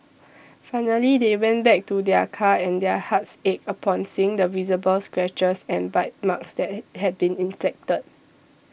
finally they went back to their car and their hearts ached upon seeing the visible scratches and bite marks that he had been inflicted